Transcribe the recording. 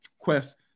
quest